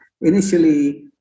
initially